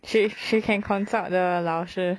she she can consult the 老师